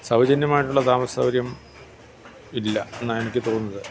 സൗജന്യമായിട്ടുള്ള താമസ സൗകര്യം ഇല്ല എന്നാണ് എനിക്ക് തോന്നുന്നത്